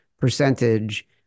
percentage